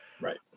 Right